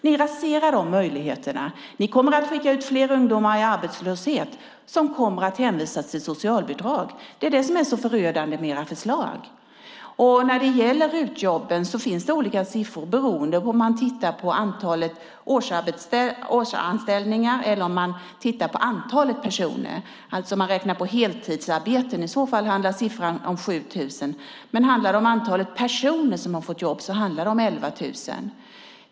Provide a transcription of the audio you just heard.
Ni raserar dessa möjligheter. Ni kommer att skicka ut fler ungdomar i arbetslöshet, och de kommer då att hänvisas till socialbidrag. Det är det som är så förödande med era förslag. När det gäller RUT-jobben finns det olika siffror beroende på om man tittar på antalet årsanställningar eller på antalet personer. Om man räknar på heltidsarbeten hamnar siffran på 7 000, men handlar det om antalet personer som har fått jobb är det 11 000.